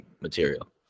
material